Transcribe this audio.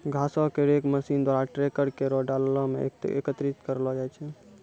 घासो क rake machine द्वारा ट्रैकर केरो डाला म एकत्रित करलो जाय छै